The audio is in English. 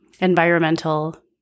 environmental